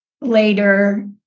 later